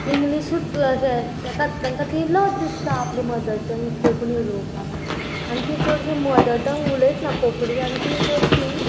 इंग्लिशूच अशें तेका तेंका ती लज दिसता आपली मदरटंग कोंकणी उलोवपाक आनी ती चडशी मदरटंग उलयतना कोंकणी आनी ती चडशीं